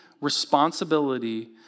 responsibility